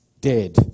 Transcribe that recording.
dead